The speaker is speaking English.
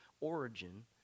origin